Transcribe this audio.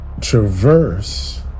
traverse